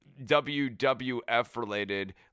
WWF-related